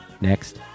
next